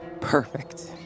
Perfect